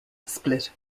split